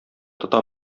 тота